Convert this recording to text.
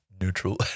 neutral